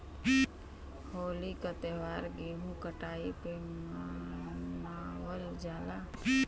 होली क त्यौहार गेंहू कटाई पे मनावल जाला